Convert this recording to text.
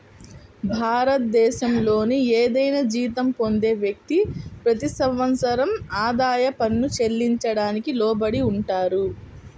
భారతదేశంలోని ఏదైనా జీతం పొందే వ్యక్తి, ప్రతి సంవత్సరం ఆదాయ పన్ను చెల్లించడానికి లోబడి ఉంటారు